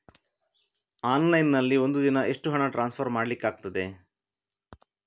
Online ನಲ್ಲಿ ಒಂದು ದಿನ ಎಷ್ಟು ಹಣ ಟ್ರಾನ್ಸ್ಫರ್ ಮಾಡ್ಲಿಕ್ಕಾಗ್ತದೆ?